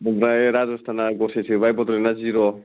बेनफाय राज'स्ताना गरसे सोबाय बड'लेण्डया जिर'